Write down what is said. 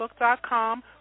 facebook.com